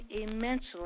immensely